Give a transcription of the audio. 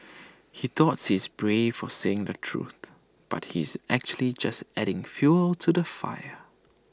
he thought he's brave for saying the truth but he's actually just adding fuel to the fire